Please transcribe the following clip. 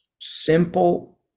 simple